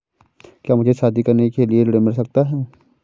क्या मुझे शादी करने के लिए ऋण मिल सकता है?